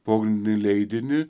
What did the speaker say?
pogrindinį leidinį